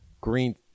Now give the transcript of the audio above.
Green